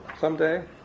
someday